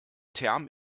term